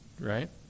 right